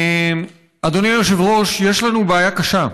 אדוני היושב-ראש, יש לנו בעיה קשה,